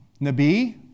Nabi